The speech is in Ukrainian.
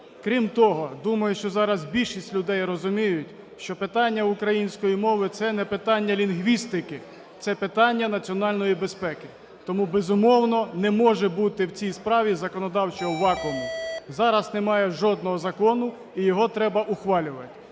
Крім того, думаю, що зараз більшість людей розуміють, що питання української мови це не питання лінгвістики – це питання національної безпеки. Тому, безумовно, не може бути в цій справі законодавчого вакууму. Зараз немає жодного закону і його треба ухвалювати.